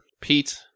Pete